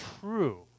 true